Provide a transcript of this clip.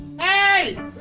Hey